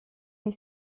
est